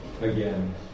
again